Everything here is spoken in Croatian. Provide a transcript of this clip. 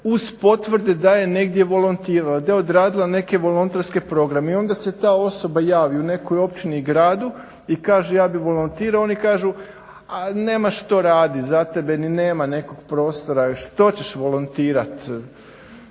uz potvrde da je negdje volontirala da je odradila neke volonterske programe. I onda se ta osoba javi u nekoj općini i gradu i kaže ja bih volontirao, oni kažu, a nema što raditi, za tebe ni nema nekog prostora, što ćeš volontirati.